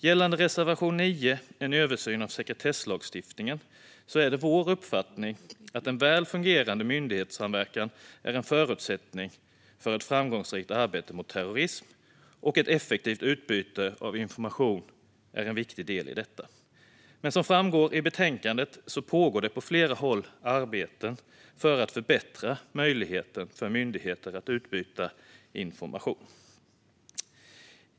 Gällande reservation 9 om en översyn av sekretesslagstiftningen är det vår uppfattning att en väl fungerande myndighetssamverkan är en förutsättning för ett framgångsrikt arbete mot terrorism och att ett effektivt utbyte av information är en viktig del i detta. Som framgår i betänkandet pågår det dock på flera håll arbeten för att förbättra möjligheten för myndigheter att utbyta information.